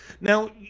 Now